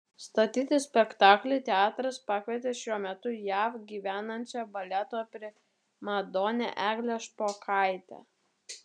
statyti spektaklį teatras pakvietė šiuo metu jav gyvenančią baleto primadoną eglę špokaitę